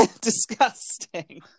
disgusting